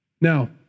Now